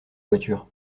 voitures